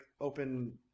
open